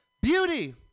Beauty